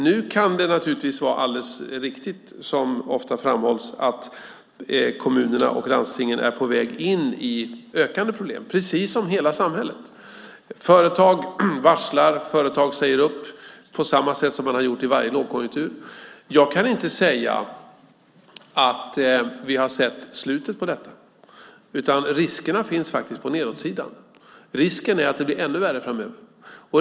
Nu kan det naturligtvis vara alldeles riktigt, vilket ofta framhålls, att kommunerna och landstingen är på väg in i ökande problem - precis som hela samhället. Företag varslar, företag säger upp på samma sätt som man har gjort i varje lågkonjunktur. Jag kan inte säga att vi har sett slutet på detta. Riskerna finns faktiskt på nedåtsidan. Risken är att det blir ännu värre framöver.